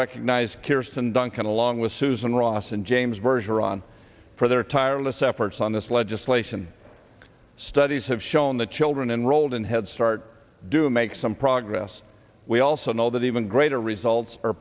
recognize kiersten duncan along with susan ross and james version ron for their tireless efforts on this legislation studies have shown that children enrolled in head start do make some progress we also know that even greater results are